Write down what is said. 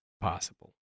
Possible